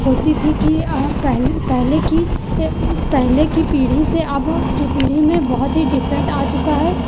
होती थी कि पहले पहले की पहले की पीढ़ी से अब की पीढ़ी में बहुत ही डिफरेंट आ चुका है